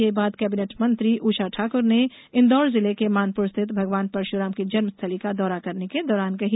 ये बात कैबिनेट मंत्री उषा ठाकुर ने इंदौर जिले के मानपुर स्थित भगवान परषुराम की जन्मस्थली का दौरा करने के दौरान कही